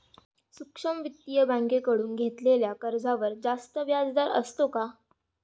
सूक्ष्म वित्तीय बँकेकडून घेतलेल्या कर्जावर जास्त व्याजदर असतो का?